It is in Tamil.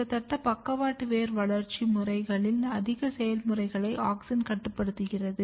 கிட்டத்தட்ட பக்கவாட்டு வேர் வளர்ச்சி முறைகளில் அதிக செயல்முறைகளை ஆக்ஸின் கட்டுப்படுத்துகிறது